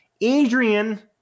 Adrian